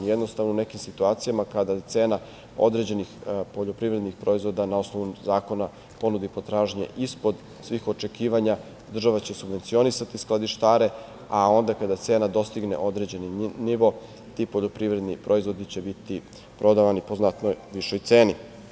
Jednostavno, u nekim situacijama kada je cena određenih poljoprivrednih proizvoda na osnovu zakona ponude i potražnje ispod svih očekivanja, država će subvencionisati skladištare, a onda kada cena dostigne određeni nivo, ti poljoprivredni proizvodi će biti prodavani po znatno višoj ceni.